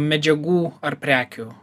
medžiagų ar prekių